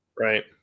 Right